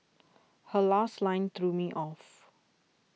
her last line threw me off